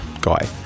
guy